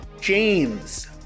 James